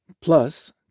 Plus